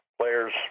players